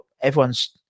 everyone's